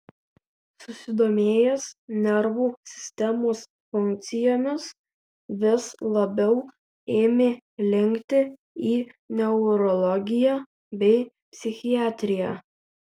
susidomėjęs nervų sistemos funkcijomis vis labiau ėmė linkti į neurologiją bei psichiatriją